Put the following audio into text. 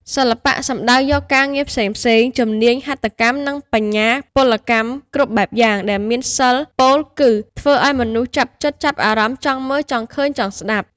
សិល្បៈ សំដៅយកការងារផ្សេងៗ ជំនាញហត្ថកម្មនិងបញ្ញាពលកម្មគ្រប់បែបយ៉ាងដែលមានសិល្ប៍ ពោលគឺធ្វើឱ្យមនុស្សចាប់ចិត្ត ចាប់អារម្មណ៍ ចង់មើល ចង់ឃើញ ចង់ស្តាប់។